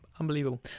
unbelievable